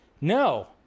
no